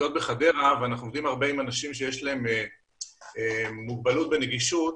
בחדרה ואנחנו עובדים הרבה עם אנשים שיש להם מוגבלות בנגישות,